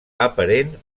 aparent